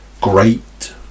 great